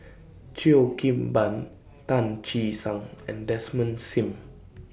Cheo Kim Ban Tan Che Sang and Desmond SIM